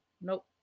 Nope